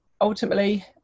ultimately